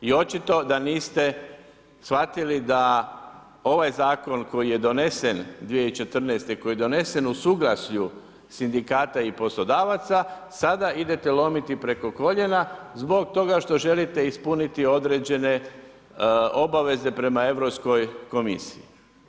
I očito da niste shvatili da ovaj zakon koji je donesen 2014., koji je donesen u suglasju sindikata i poslodavaca, sada idete lomiti preko koljena zbog toga što želite ispuniti određene obaveze prema Europskoj komisiji.